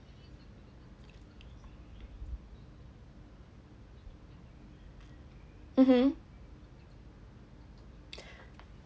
mmhmm